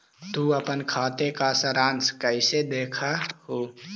तु अपन खाते का सारांश कैइसे देखअ हू